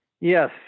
yes